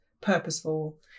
purposeful